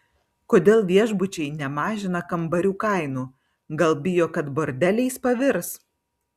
kodėl viešbučiai nemažina kambarių kainų gal bijo kad bordeliais pavirs